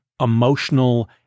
emotional